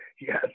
yes